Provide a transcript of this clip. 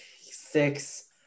six